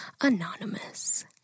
anonymous